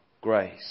grace